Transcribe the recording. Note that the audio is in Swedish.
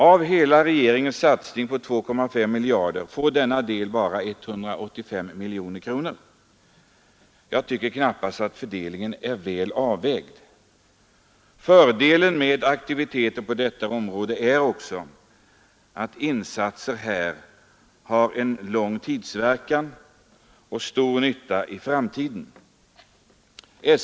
Av regeringens hela satsning på 2,5 miljarder får denna del bara 185 miljoner. Jag tycker knappast att den fördelningen är väl avvägd. Fördelen med aktiviteter på detta område är också att insatser här har en lång tidsverkan och medför stor nytta i framtiden.